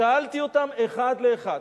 שאלתי אותם אחד לאחד.